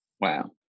Wow